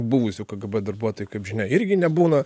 buvusių kgb darbuotojų kaip žinia irgi nebūna